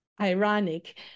ironic